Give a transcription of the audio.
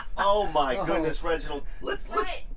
oh my goodness, reginald. let's. like